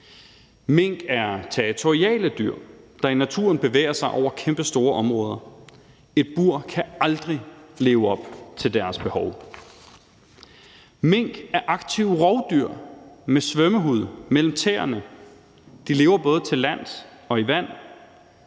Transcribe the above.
Mink er territoriale dyr, der i naturen bevæger sig over kæmpestore områder. Et bur kan aldrig leve op til deres behov. Mink er aktive rovdyr med svømmehud mellem tæerne, de lever både til lands og i vand.